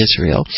Israel